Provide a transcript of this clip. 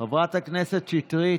חברת הכנסת שטרית,